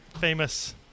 Famous